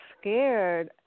scared